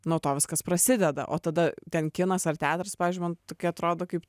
nuo to viskas prasideda o tada ten kinas ar teatras pavyzdžiui man tokia atrodo kaip